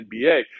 NBA